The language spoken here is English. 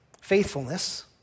faithfulness